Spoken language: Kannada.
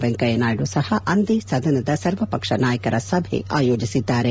ವೆಂಕಯ್ಯನಾಯ್ದ ಸಪ ಅಂದೇ ಸದನದ ಸರ್ವಪಕ್ಷ ನಾಯಕರ ಸಭೆ ಅಯೋಜಿಸಿದ್ದಾರೆ